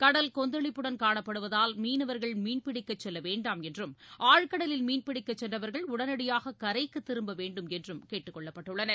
கடல் கொந்தளிப்புடன் காணப்படுவதால் மீனவர்கள் மீன்பிடிக்க செல்லவேண்டாம் என்றும் ஆழ்கடலில் மீன்பிடிக்க சென்றவர்கள் உடனடியாக கரைக்கு திரும்ப வேண்டும் என்றம் கேட்டுக்கொள்ளப்பட்டுள்ளனர்